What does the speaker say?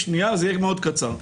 זה יהיה מאוד קצר.